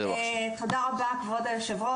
תודה רבה כבוד היושב ראש,